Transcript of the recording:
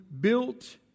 built